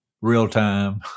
real-time